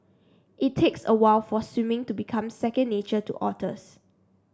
it takes a while for swimming to become second nature to otters